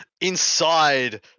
inside